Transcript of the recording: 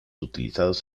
utilizados